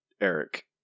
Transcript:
Eric